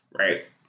Right